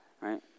right